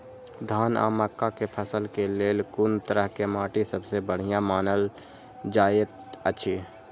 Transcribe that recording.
धान आ मक्का के फसल के लेल कुन तरह के माटी सबसे बढ़िया मानल जाऐत अछि?